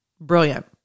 Brilliant